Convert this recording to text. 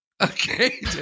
okay